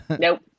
Nope